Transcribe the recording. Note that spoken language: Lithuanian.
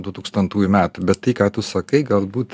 du tūkstantųjų metų bet tai ką tu sakai galbūt